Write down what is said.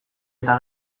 eta